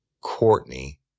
Courtney